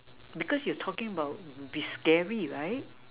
because you talking about they scary right